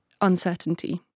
uncertainty